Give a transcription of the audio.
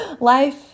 Life